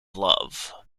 love